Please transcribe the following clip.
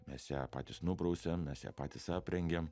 mes ją patys nuprausėm mes ją patys aprengėm